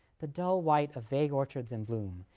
the dull white of vague orchards in bloom,